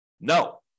No